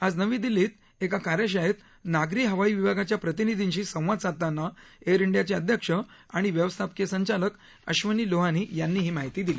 आज नवी दिल्लीत एका कार्यशाळेत नागरी हवाई विभागाच्या प्रतिनिधींशी संवाद साधताना एअर इंडियाचे अध्यक्ष आणि व्यवस्थापकीय संचालक अश्वनी लोहानी यांनी ही माहिती दिली